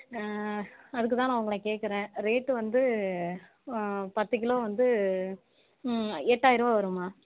அதுக்கு தான் நான் உங்களை கேட்குறேன் ரேட்டு வந்து பத்து கிலோ வந்து எட்டாயிர்ருவா வரும்மா